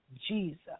Jesus